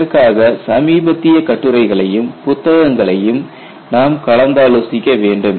இதற்காக சமீபத்திய கட்டுரைகளையும் புத்தகங்களையும் நாம் கலந்தாலோசிக்க வேண்டும்